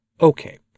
Okay